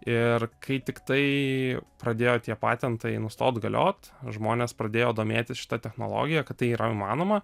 ir kai tiktai pradėjo tie patentai nustot galiot žmonės pradėjo domėtis šita technologija kad tai yra įmanoma